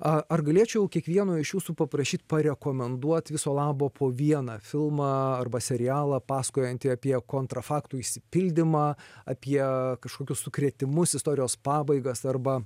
a ar galėčiau kiekvieno iš jūsų paprašyt parekomenduot viso labo po vieną filmą arba serialą pasakojantį apie kontrafaktų išsipildymą apie kažkokius sukrėtimus istorijos pabaigas arba